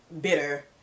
bitter